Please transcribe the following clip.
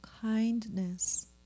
kindness